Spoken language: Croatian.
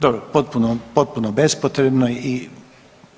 Dobro, potpuno, potpuno bespotrebno i